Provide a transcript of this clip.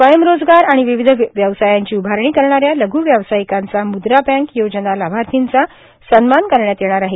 स्वयंरोजगार आणि विविध व्यवसायांची उभारणी करणा या लघ्व्यावसायिकांचा म्द्रा बँक योजना लाभार्थीचा सन्मान करण्यात येणार आहे